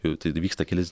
jau tai ir vyksta kelis